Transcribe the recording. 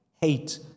hate